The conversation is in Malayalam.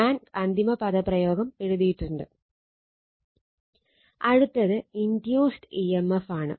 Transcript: ഞാൻ അന്തിമ പദപ്രയോഗം എഴുതിയിട്ടുണ്ട് അടുത്തത് ഇൻഡ്യൂസ്ഡ് ഇ എം എഫ് ആണ്